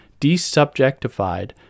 desubjectified